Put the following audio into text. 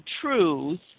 truth